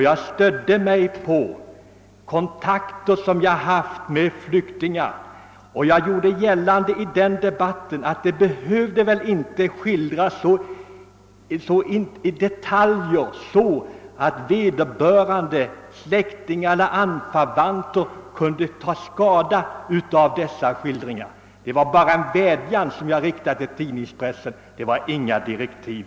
Jag stödde mig på kontakter som jag haft med flyk tingar, och jag gjorde i den debatten gällande att man väl inte behövde skildra allt så i detalj att vederbörande, släktingar och anförvanter kunde ta skada av dessa skildringar. Det var bara en vädjan som jag riktade till tidningspressen, det var inga direktiv.